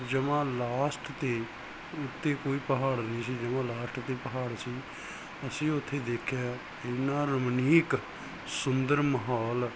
ਜਮਾ ਲਾਸਟ ਦੀ ਉਤੇ ਕੋਈ ਪਹਾੜ ਨਹੀ ਸੀ ਜਦੋਂ ਲਾਸਟ ਤੇ ਪਹਾੜ ਸੀ ਅਸੀਂ ਉਥੇ ਦੇਖਿਆ ਇਨਾ ਰੋਮਨੀਕ ਸੁੰਦਰ ਮਾਹੌਲ